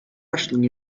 wrestling